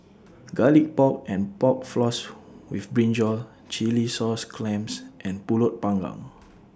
Garlic Pork and Pork Floss with Brinjal Chilli Sauce Clams and Pulut Panggang